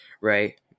right